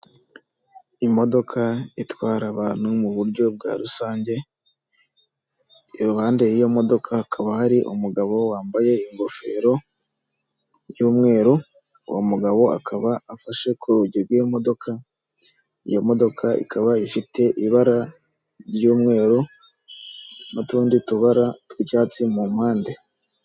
Imodoka itwara abantu mu buryo bwa rusange iruhande rw'iyo modoka hakaba hariiumugabo wambaye ingofero y'umweru uwo mugabo akaba afashe ku rugi rw'iyo modoka, iyo modoka ikaba ifite ibara ry'umweru n'utundi tubara tw'icyatsi mu mpande.